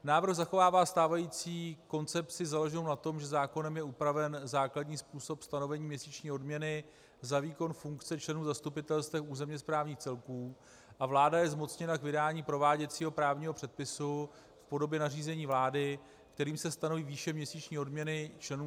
Návrh zachovává stávající koncepci založenou na tom, že zákonem je upraven základní způsob stanovení měsíční odměny za výkon funkce členů zastupitelstev územněsprávních celků a vláda je zmocněna k vydání prováděcího právního předpisu v podobě nařízení vlády, kterým se stanoví výše měsíční odměny členům zastupitelstev.